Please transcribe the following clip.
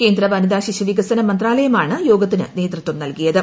കേന്ദ്ര വനിതാ ശിശു വികസന മന്ത്രാലയമാണ് യോഗത്തിന് പരസ്പര നേതൃത്വം നൽകിയത്